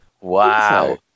Wow